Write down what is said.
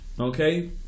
Okay